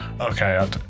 Okay